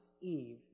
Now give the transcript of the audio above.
Eve